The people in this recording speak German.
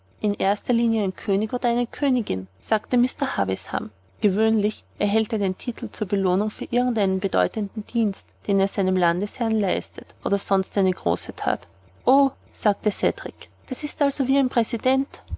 in erster linie ein könig oder eine königin sagte mr havisham gewöhnlich erhält er den titel zur belohnung für irgend einen bedeutenden dienst den er seinem landesherrn leistet oder sonst eine große that o sagte cedrik das ist also wie der präsident